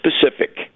specific